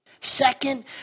Second